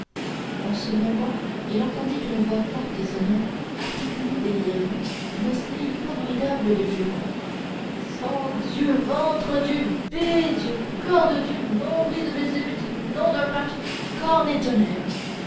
en ce moment il entendit une voix forte et sonore articuler derrière lui une série formidable de jurons sang dieu ventre dieu bédieu corps de dieu nombril de belzébuth nom d'un pape corne et tonnerre